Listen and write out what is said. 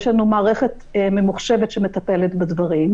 יש לנו מערכת ממוחשבת שמטפלת בדברים,